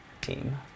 team